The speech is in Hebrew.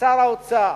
לשר האוצר: